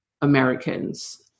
Americans